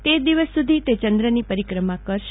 તેર દિવસ સુધી તે ચંદ્રની પરિક્રમા કરશે